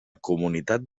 comunitat